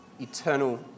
eternal